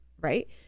right